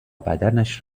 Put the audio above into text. بدنش